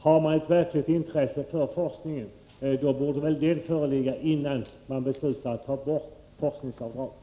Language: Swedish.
Har man verkligt intresse för forskningen, då borde den föreligga innan man beslutar att ta bort forskningsavdraget.